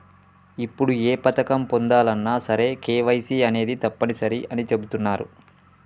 ఇప్పుడు ఏ పథకం పొందాలన్నా సరే కేవైసీ అనేది తప్పనిసరి అని చెబుతున్నరు